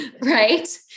right